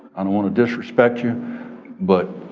i don't wanna disrespect you but